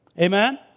Amen